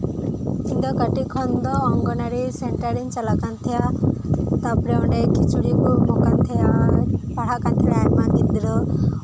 ᱤᱧᱫᱚ ᱠᱟᱹᱴᱤᱡ ᱠᱷᱚᱱ ᱫᱚ ᱚᱝᱜᱚᱱᱚᱣᱟᱲᱤ ᱥᱮᱱᱴᱟᱨᱤᱧ ᱪᱟᱞᱟᱜ ᱠᱟᱱᱛᱟᱦᱮᱱᱟ ᱛᱟᱨᱯᱚᱨᱮ ᱚᱸᱰᱮ ᱠᱷᱤᱪᱩᱲᱤ ᱠᱚ ᱮᱢᱚᱜ ᱠᱟᱱ ᱛᱟᱦᱮᱱᱟ ᱯᱟᱲᱦᱟᱜ ᱠᱟᱱᱛᱟᱦᱮᱱ ᱟᱞᱮ ᱟᱭᱢᱟ ᱜᱤᱫᱽᱨᱟᱹ